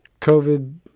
COVID